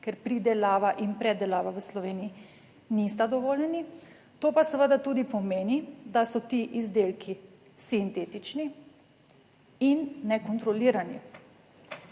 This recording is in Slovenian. ker pridelava in predelava v Sloveniji nista dovoljeni, to pa seveda tudi pomeni, da so ti izdelki sintetični in nekontrolirani.